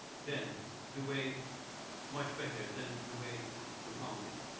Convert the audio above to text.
then the way much better than the way we found it.